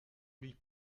lui